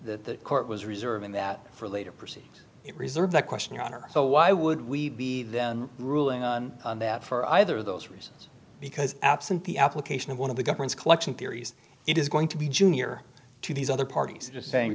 was the court was reserving that for later proceed it reserve that question your honor so why would we be then ruling on that for either of those reasons because absent the application of one of the government's collection theories it is going to be junior to these other parties just saying